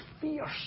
fierce